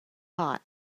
hot